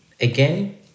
Again